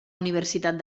universitat